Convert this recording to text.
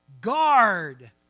Guard